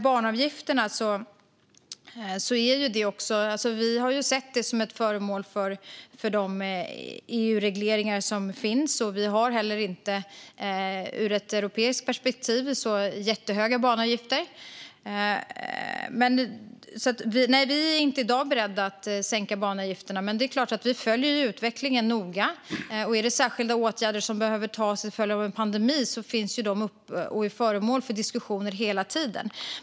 Banavgifterna har vi sett som föremål för de EU-regleringar som finns. Vi har heller inte så jättehöga banavgifter ur ett europeiskt perspektiv. Vi är i dag inte beredda att sänka banavgifterna, men det är klart att vi följer utvecklingen noga. Om det finns särskilda åtgärder som behöver vidtas till följd av en pandemi tas de upp och är föremål för diskussioner hela tiden.